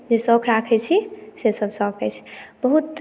शौक राखै छी सेसभ शौक अछि बहुत प्रकारके शौक तऽ अछि किछु किछु